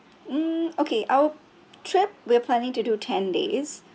um okay our trip we're planning to do ten days